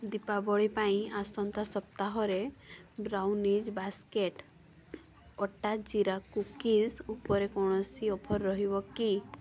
ଦୀପାବଳୀ ପାଇଁ ଆସନ୍ତା ସପ୍ତାହରେ brownies basket atta jeera cookies ଉପରେ କୌଣସି ଅଫର୍ ରହିବ କି